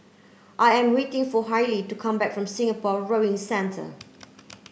I am waiting for Hailie to come back from Singapore Rowing Centre